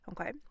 Okay